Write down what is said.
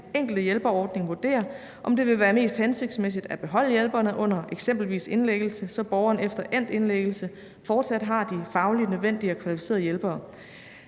enkelte hjælperordning vurdere, om det vil være mest hensigtsmæssigt at beholde hjælperne under eksempelvis indlæggelse, så borgeren efter endt indlæggelse fortsat har de faglige, nødvendige og kvalificerede hjælpere.